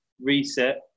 reset